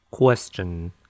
Question